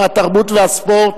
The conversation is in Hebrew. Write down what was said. התרבות והספורט,